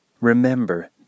Remember